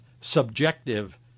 subjective